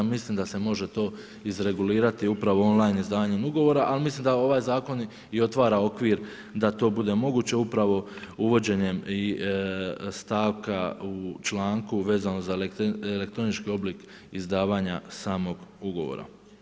Mislim da se može to izregulirati upravo online izdanjem ugovora, ali mislim da ovaj zakon i otvara okvir da to bude moguće, upravo uvođenjem i stavka u članku vezano za elektronički oblik izdavanja samog ugovora.